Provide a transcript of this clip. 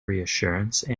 reassurance